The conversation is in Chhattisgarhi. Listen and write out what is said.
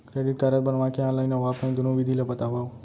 क्रेडिट कारड बनवाए के ऑनलाइन अऊ ऑफलाइन दुनो विधि ला बतावव?